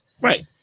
Right